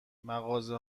مغازه